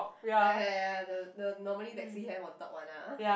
ya ya ya ya the the normally taxi have on top one ah